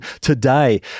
today